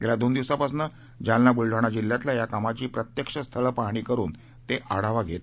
गेल्या दोन दिवसापासून जालना बुलडाणा जिल्ह्यातल्या या कामाची प्रत्यक्ष स्थळपाहणी करून ते आढावा घेत आहेत